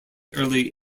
early